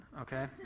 okay